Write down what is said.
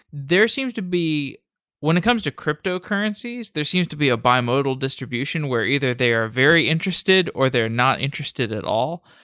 there seems to be when it comes to cryptocurrencies, there seems to be a bimodal distribution where either they're very interested or they're not interested at all.